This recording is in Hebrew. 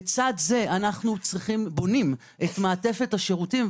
לצד זה אנחנו בונים את מעטפת השירותים,